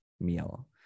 meal